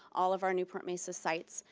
all of our newport mesa sites,